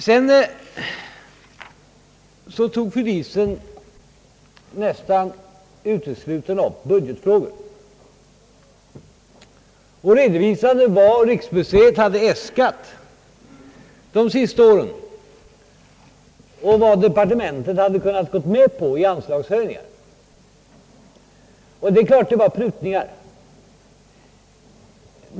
Sedan tog fru Diesen nästan uteslutande upp budgetfrågor och redovisade vad riksmuseet hade äskat de senaste åren och vad departementet hade gått med på i anslagshöjningar. Det är klart att det var prutningar.